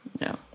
No